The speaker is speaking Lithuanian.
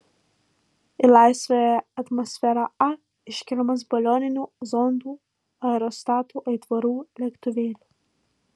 į laisvąją atmosferą a iškeliamas balioninių zondų aerostatų aitvarų lėktuvėlių